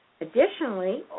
Additionally